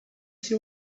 see